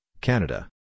Canada